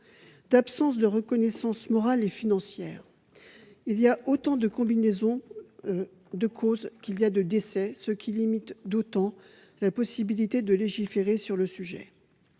l'absence de reconnaissance morale et financière. Il y a autant de causes qu'il y a de décès, ce qui limite d'autant la possibilité de légiférer sur le sujet.